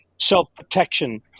self-protection